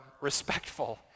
respectful